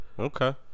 Okay